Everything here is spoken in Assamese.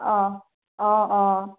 অ' অ' অ'